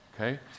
okay